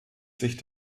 sich